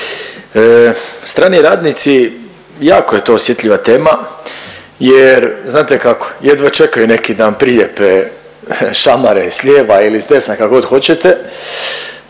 Strani radnici, jako je to osjetljiva tema jer znate kako jedva čekaju neki da nam prilijepe šamare s lijeva ili s desna kakogod hoćete